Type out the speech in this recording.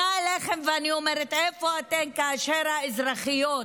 אני פונה אליכם ואומרת: איפה אתם כאשר האזרחיות,